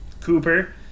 Cooper